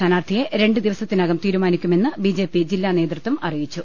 സ്ഥാനാർത്ഥിയെ രണ്ടു ദിവസത്തിനകം തീരുമാനിക്കുമെന്ന് ബിജെപി ജില്ലാ നേതൃത്വം അറിയിച്ചു